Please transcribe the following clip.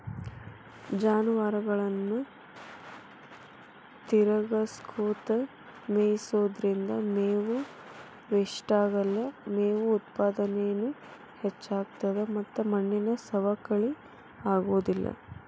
ಜಾನುವಾರುಗಳನ್ನ ತಿರಗಸ್ಕೊತ ಮೇಯಿಸೋದ್ರಿಂದ ಮೇವು ವೇಷ್ಟಾಗಲ್ಲ, ಮೇವು ಉತ್ಪಾದನೇನು ಹೆಚ್ಚಾಗ್ತತದ ಮತ್ತ ಮಣ್ಣಿನ ಸವಕಳಿ ಆಗೋದಿಲ್ಲ